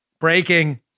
breaking